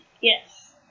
Yes